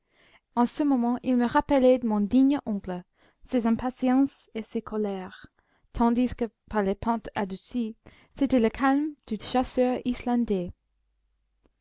en ce moment il me rappelait mon digne oncle ses impatiences et ses colères tandis que par les pentes adoucies c'était le calme du chasseur islandais